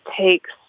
takes